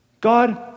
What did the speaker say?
God